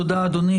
תודה, אדוני.